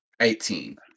Eighteen